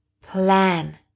Plan